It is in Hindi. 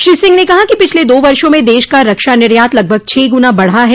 श्री सिंह ने कहा कि पिछले दो वर्षों में देश का रक्षा निर्यात लगभग छह गुना बढ़ा है